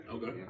Okay